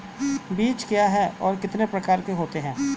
बीज क्या है और कितने प्रकार के होते हैं?